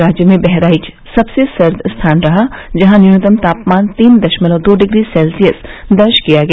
राज्य में बहराइच सबसे सर्द स्थान रहा जहां न्यूनतम तापमान तीन दशमलव दो डिग्री सेल्सियस दर्ज किया गया